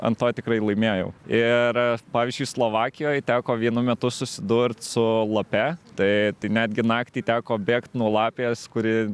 ant to tikrai laimėjau ir pavyzdžiui slovakijoj teko vienu metu susidurt su lape tai netgi naktį teko bėgt nuo lapės kuri